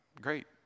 great